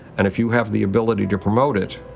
and if you have the ability to promote it,